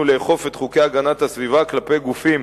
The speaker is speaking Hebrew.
לאכוף את חוקי הגנת הסביבה כלפי גופים